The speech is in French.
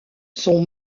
son